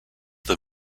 the